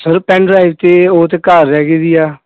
sir pen drive ਤਾਂ ਉਹ ਤਾਂ ਘਰ ਰਹਿ ਗਈ ਵੀ ਆ